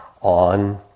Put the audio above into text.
on